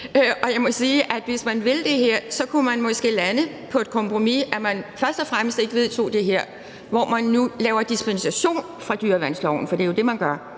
Og jeg må sige, at hvis man vil det her, kunne man måske lande på et kompromis, i forhold til at man først og fremmest ikke vedtog det her, hvor man nu laver dispensation fra dyreværnsloven, for det er jo det, man gør